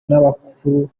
n’abakuru